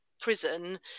prison